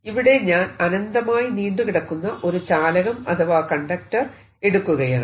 ഇവിടെ ഞാൻ അനന്തമായി നീണ്ടു കിടക്കുന്ന ഒരു ചാലകം അഥവാ കണ്ടക്ടർ എടുക്കുകയാണ്